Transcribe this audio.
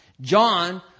John